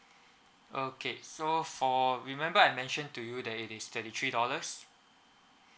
okay so for remember I mentioned to you that it is thirty three dollars